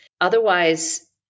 otherwise